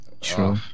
true